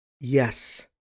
Yes